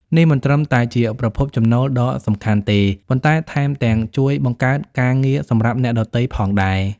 នេះមិនត្រឹមតែជាប្រភពចំណូលដ៏សំខាន់ទេ ប៉ុន្តែថែមទាំងជួយបង្កើតការងារសម្រាប់អ្នកដទៃផងដែរ។